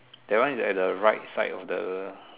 that one is at the right side of the